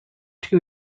two